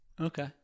Okay